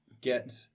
get